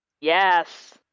Yes